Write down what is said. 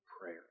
prayer